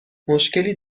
مشکلی